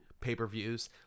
pay-per-views